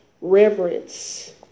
reverence